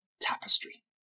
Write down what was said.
tapestry